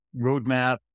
roadmap